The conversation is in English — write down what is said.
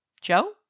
Joe